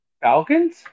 Falcons